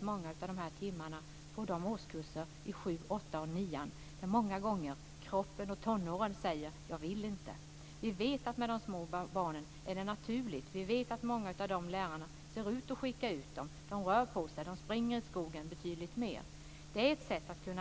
många av timmarna på årskurserna 7-9, där många gånger kroppen och tonåren säger: "Jag vill inte." Vi vet att det är naturligt att röra sig för de små barnen. Vi vet att lärarna skickar ut dem, de rör på sig och de springer betydligt mer i skogen.